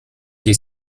che